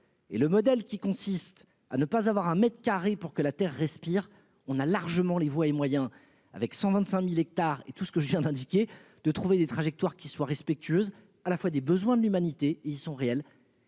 Et le modèle qui consiste à ne pas avoir un mètre carré pour que la terre respire on a largement les voies et moyens avec 125.000 hectares et tout ce que je viens d'indiquer, de trouver des trajectoires qui soit respectueuse à la fois des besoins de l'humanité. Ils sont réels.